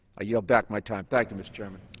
yield back my time. thank you, mr. chairman.